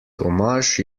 tomaž